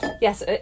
yes